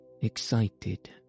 excited